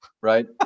Right